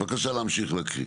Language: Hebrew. בבקשה להמשיך להקריא.